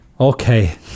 okay